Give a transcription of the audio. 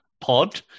Pod